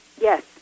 yes